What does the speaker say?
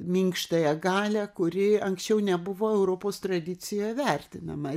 minkštąją galią kuri anksčiau nebuvo europos tradicijoj vertinama